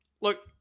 Look